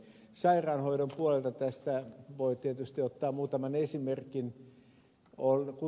sairaanhoidon puolelta tästä voi tietysti ottaa muutaman esimerkin